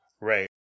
Right